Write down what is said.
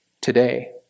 today